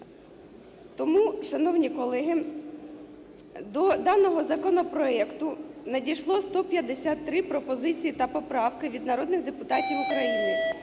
Тому, шановні колеги, до даного законопроекту надійшло 153 пропозиції та поправки від народних депутатів України.